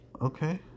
Okay